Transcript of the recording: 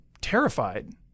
terrified